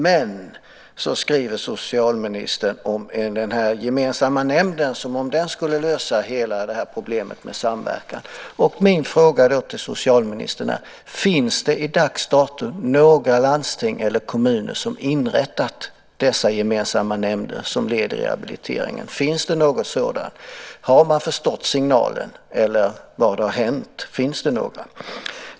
Men socialministern skriver som om den gemensamma nämnden skulle lösa hela problemet med samverkan. Min fråga till socialministern är då: Finns det vid dags dato några landsting eller kommuner som inrättat sådana gemensamma nämnder som led i rehabiliteringen? Har man förstått signalen, eller vad har hänt? Finns det några gemensamma nämnder?